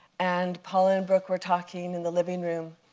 and paula and brooke were talking in the living room.